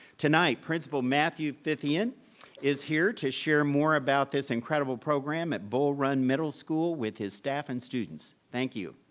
tonight, principal matthew phythian is here to share more about this incredible program at bull run middle school with his staff and students. thank you.